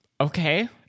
okay